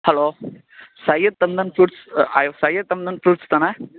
hello Syed தந்தன் fruits Syed தந்தன் fruits தானே